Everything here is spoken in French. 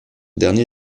dernier